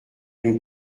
nous